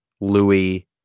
Louis